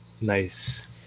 Nice